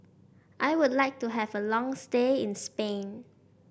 I would like to have a long stay in Spain